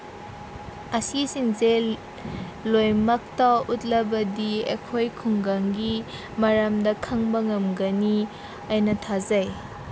ꯑꯁꯤꯁꯤꯡꯁꯦ ꯂꯣꯏꯃꯛꯇ ꯎꯠꯂꯕꯗꯤ ꯑꯩꯈꯣꯏ ꯈꯨꯟꯒꯪꯒꯤ ꯃꯔꯝꯗ ꯈꯪꯕ ꯉꯝꯒꯅꯤ ꯑꯩꯅ ꯊꯥꯖꯩ